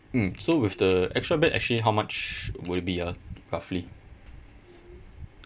mm so with the extra bed actually how much would it be ah roughly